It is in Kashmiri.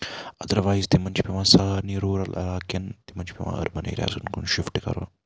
اَدروَیز تِمن چھُ پیٚوان سارنی رُورل علاقہٕ کٮ۪ن تِمن چھُ پیٚوان أربن ایریازَن کُن شِفٹ کَرُن